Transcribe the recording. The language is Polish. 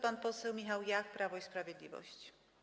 I pan poseł Michał Jach, Prawo i Sprawiedliwość.